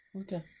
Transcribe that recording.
Okay